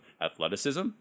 athleticism